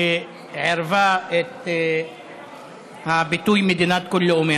שעירבה את הביטוי "מדינת כל לאומיה",